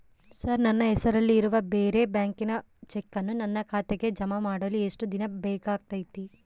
Sir ನನ್ನ ಹೆಸರಲ್ಲಿ ಇರುವ ಬೇರೆ ಬ್ಯಾಂಕಿನ ಚೆಕ್ಕನ್ನು ನನ್ನ ಖಾತೆಗೆ ಜಮಾ ಮಾಡಲು ಎಷ್ಟು ದಿನ ಬೇಕಾಗುತೈತಿ?